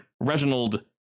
Reginald